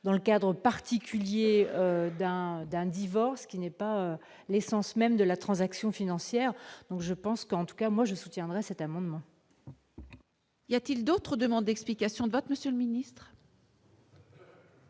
dans le cadre particulier, d'un d'un divorce qui n'est pas l'essence même de la transaction financière, donc je pense qu'en tout cas moi je soutiendrai cet amendement. Il y a-t-il d'autre demande explication de vote Monsieur le ministre.